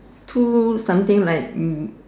two something like